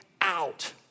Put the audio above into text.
out